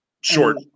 short